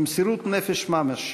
במסירות נפש ממש,